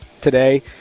today